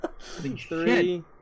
three